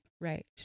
right